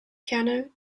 piano